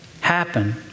happen